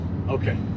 Okay